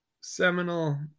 seminal